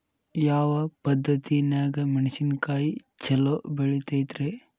ಯಾವ ಪದ್ಧತಿನ್ಯಾಗ ಮೆಣಿಸಿನಕಾಯಿ ಛಲೋ ಬೆಳಿತೈತ್ರೇ?